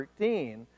13